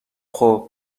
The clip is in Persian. خوب